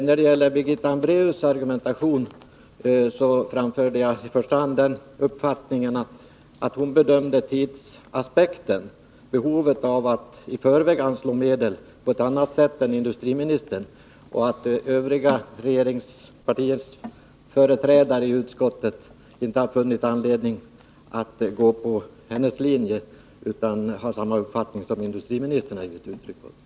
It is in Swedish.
När det gäller Birgitta Hambraeus argumentation så framförde jag i första hand den uppfattningen att hon bedömde tidsaspekten, behovet av att i förväg anslå medel, på ett annat sätt än industriministern gjorde. Vidare har de övriga regeringspartiernas företrädare i utskottet inte funnit att det finns anledning att följa hennes linje. De har samma uppfattning som den industriministern har gett uttryck för.